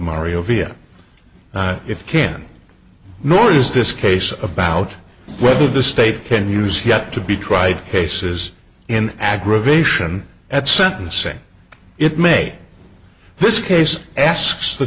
mario via it can nor is this case about whether the state can use yet to be tried cases in aggravation at sentencing it may this case asks the